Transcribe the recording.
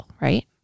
right